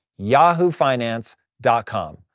yahoofinance.com